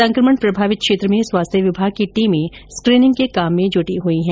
संकमण प्रभावित क्षेत्र में स्वास्थ्य विभाग की टीमें स्क्रीनिंग के काम में जूटी है